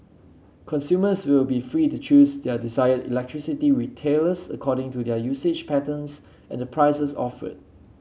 consumers will be free to choose their desired electricity retailers according to their usage patterns and the prices offered